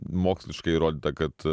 moksliškai įrodyta kad